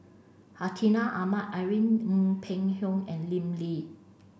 Hartinah Ahmad Irene Ng Phek Hoong and Lim Lee